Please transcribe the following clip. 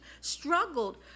struggled